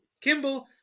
kimball